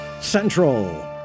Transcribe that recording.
Central